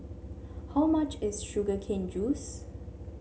how much is Sugar Cane Juice